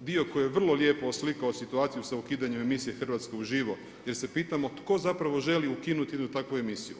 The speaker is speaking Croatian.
dio koji je vrlo lijepo oslikao situaciju sa ukidanjem emisije Hrvatska uživo jer se pitamo tko zapravo želi ukinuti jednu takvu emisiju.